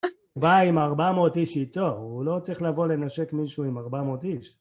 הוא בא עם 400 איש איתו, הוא לא צריך לבוא לנשק מישהו עם 400 איש.